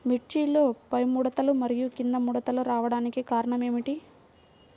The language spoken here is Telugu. మిర్చిలో పైముడతలు మరియు క్రింది ముడతలు రావడానికి కారణం ఏమిటి?